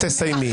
תודה רבה.